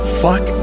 fuck